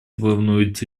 волнует